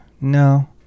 No